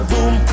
Boom